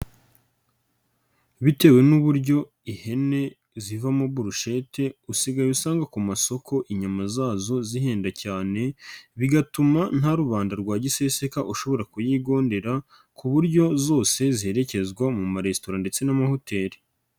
Bitewe n'uburyo ihene zivamo burushete usigaye usanga ku masoko inyama zazo zihenda cyane, bigatuma nta rubanda rwa giseseka ushobora kuyigondera, ku buryo zose zerekezwa mu maresitora ndetse n'amahoteli.